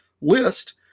list